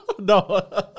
No